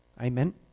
Amen